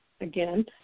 again